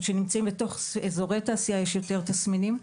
כשנמצאים בתוך אזורי תעשייה יש יותר תסמינים.